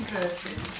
verses